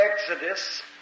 Exodus